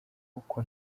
uko